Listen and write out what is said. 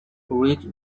read